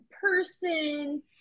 person